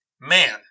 man